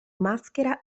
maschera